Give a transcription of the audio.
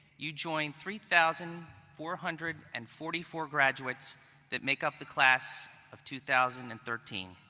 you join three thousand four hundred and forty four graduates that make up the class of two thousand and thirteen.